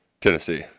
Tennessee